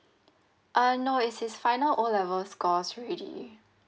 uh no it's his final O level scores already